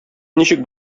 ничек